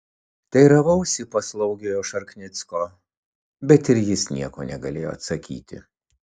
teiravausi paslaugiojo šarknicko bet ir jis nieko negalėjo atsakyti